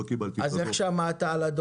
לא קיבלתי את הדוח.